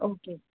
okay